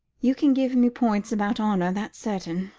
you can give me points about honour, that's certain.